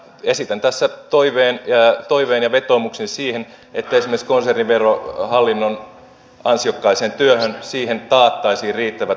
esitän tässä toiveen ja vetoomuksen siitä että esimerkiksi konserniverohallinnon ansiokkaaseen työhön taattaisiin riittävät